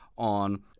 on